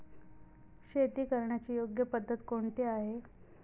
शेती करण्याची योग्य पद्धत कोणती आहे?